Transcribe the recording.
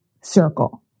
circle